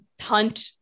hunt